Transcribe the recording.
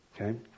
okay